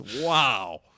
Wow